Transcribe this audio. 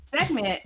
segment